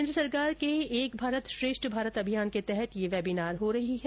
केन्द्र सरकार के एक भारत श्रेष्ठ भारत अभियान के तहत ये वेबिनार आयोजित हो रही है